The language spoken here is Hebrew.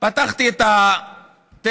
פתחתי את הטלפון,